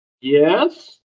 Yes